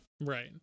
right